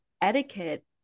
etiquette